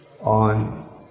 on